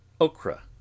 okra